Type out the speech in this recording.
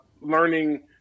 learning